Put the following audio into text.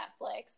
Netflix